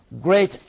great